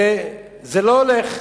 וזה לא הולך.